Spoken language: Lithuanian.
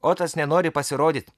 otas nenori pasirodyt